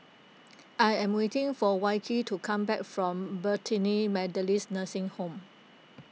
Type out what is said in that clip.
I am waiting for Wilkie to come back from Bethany Methodist Nursing Home